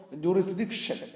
jurisdiction